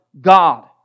God